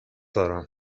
دارم